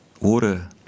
water